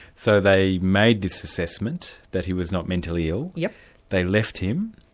so they made this assessment that he was not mentally ill. yeah they left him.